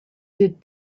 did